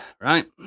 right